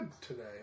Today